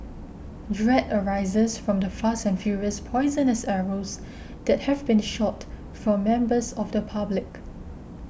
dread arises from the fast and furious poisonous arrows that have been shot from members of the public